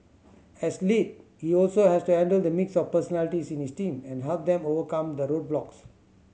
as lead he also has to handle the mix of personalities in his team and help them overcome the roadblocks